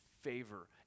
favor